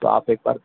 तो आप एक बार